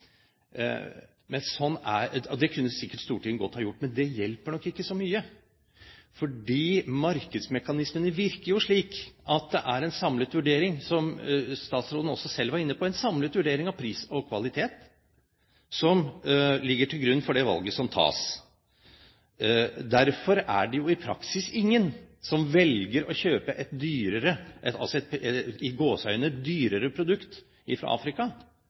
men det hjelper nok ikke så mye, for markedsmekanismene virker jo slik at det er en samlet vurdering av pris og kvalitet – som statsråden også selv var inne på – som ligger til grunn for det valget som tas. Derfor er det jo i praksis ingen som velger å kjøpe et «dyrere» produkt fra Afrika